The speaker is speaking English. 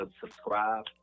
subscribe